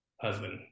husband